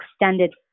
extended